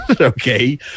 Okay